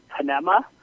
panema